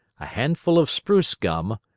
a handful of spruce gum,